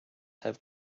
have